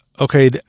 okay